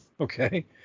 Okay